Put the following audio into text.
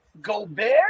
Gobert